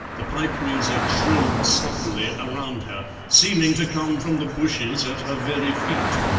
the pipe music shrilled suddenly around her, seeming to come from the bushes at her very feet,